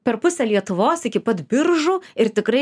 per pusę lietuvos iki pat biržų ir tikrai